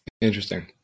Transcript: Interesting